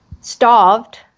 starved